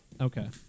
Okay